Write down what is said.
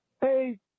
Hey